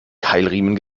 keilriemen